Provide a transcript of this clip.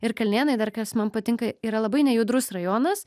ir kalnėnai dar kas man patinka yra labai nejudrus rajonas